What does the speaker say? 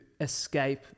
escape